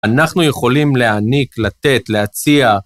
אנחנו יכולים להעניק, לתת, להציע.